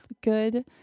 good